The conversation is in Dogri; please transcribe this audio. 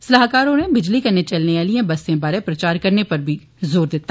सलाहकार होरें बिजली कन्नै चलने आलियें बस्से बारै प्रचार करने पर बी जोर दिता